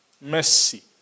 Mercy